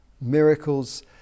Miracles